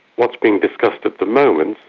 what's being discussed at the moment,